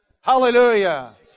Hallelujah